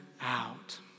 out